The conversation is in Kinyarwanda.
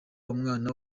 umwana